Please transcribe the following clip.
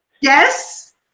Yes